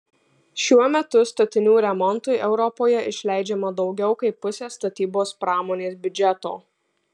šiuo metu statinių remontui europoje išleidžiama daugiau kaip pusė statybos pramonės biudžeto